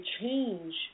change